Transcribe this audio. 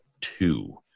two